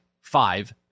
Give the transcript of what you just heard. five